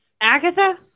Agatha